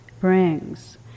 brings